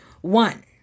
One